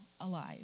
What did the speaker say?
Alive